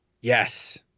Yes